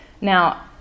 Now